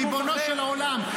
ריבונו של עולם.